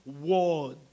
word